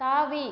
தாவி